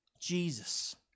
Jesus